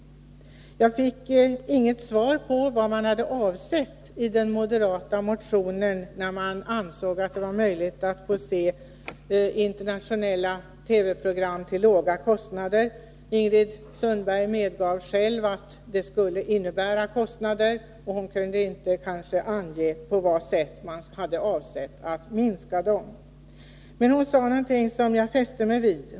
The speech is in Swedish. Jag fick inget svar på vad man hade avsett i den moderata motionen när man angav att det var möjligt att se internationella TV-program till låga kostnader. Ingrid Sundberg medgav själv att det skulle bli kostnader, och hon kunde inte ange på vad sätt man hade avsett att minska dem. Ingrid Sundberg sade någonting som jag fäste mig vid.